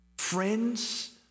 Friends